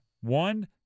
One